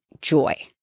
joy